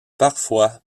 parfois